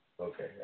Okay